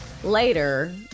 Later